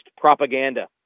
propaganda